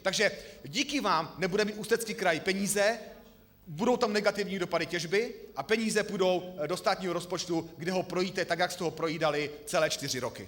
Takže díky vám nebude mít Ústecký kraj peníze, budou tam negativní dopady těžby a peníze půjdou do státního rozpočtu, kde ho projíte, tak jak jste ho projídali celé čtyři roky.